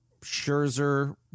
scherzer